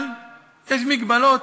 אבל יש מגבלות